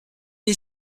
est